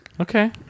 Okay